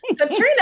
Katrina